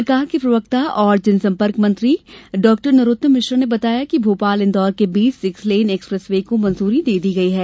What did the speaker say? सरकार के प्रवक्ता और जनसंपर्क मंत्री नरोत्तम मिश्र ने बताया कि भोपाल इंदौर के बीच सिक्स लेन एक्सप्रेस वे को मंजूरी दे दी गई है